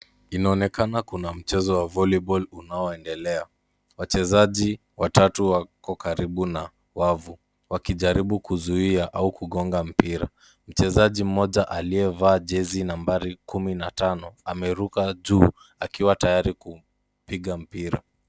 Inaonekana kuna mchezo wa volleyball unaoendelea. Wachezaji watatu wako karibu na wavu, wakijaribu kuzuia au kugonga mpira. Mchezaji mmoja aliyevaa jezi nambari 15 ameruka juu, akiwa tayari kuupiga mpira.